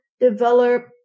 develop